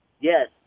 Yes